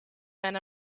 men